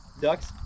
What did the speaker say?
ducks